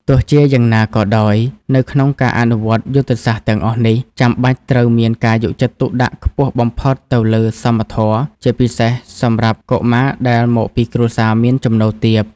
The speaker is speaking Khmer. ទោះជាយ៉ាងណាក៏ដោយ នៅក្នុងការអនុវត្តយុទ្ធសាស្ត្រទាំងអស់នេះ ចាំបាច់ត្រូវមានការយកចិត្តទុកដាក់ខ្ពស់បំផុតទៅលើសមធម៌ ជាពិសេសសម្រាប់កុមារដែលមកពីគ្រួសារមានចំណូលទាប។